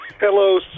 Hello